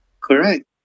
Correct